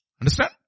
Understand